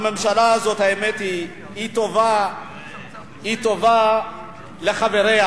האמת היא שהממשלה הזאת טובה לחבריה.